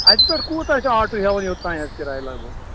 اَتہِ پیٚٹھ کوٗتاہ چھُ آٹوٗ ہیٚوان یوٚت تام کِرٛاے لگ بگ